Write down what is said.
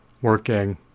working